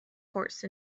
horse